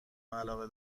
علاقه